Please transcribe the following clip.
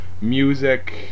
Music